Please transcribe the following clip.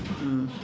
mm